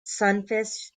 sunfish